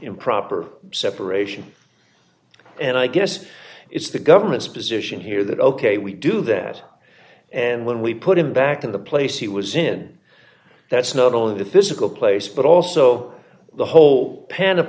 improper separation and i guess it's the government's position here that ok we do that and when we put him back in the place he was in that's not only the physical place but also the whole